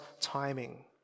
timing